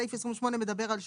סעיף 28 מדבר על שעות.